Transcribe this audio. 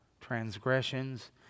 transgressions